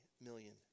million